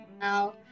now